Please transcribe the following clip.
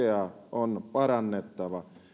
on parannettava